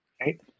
right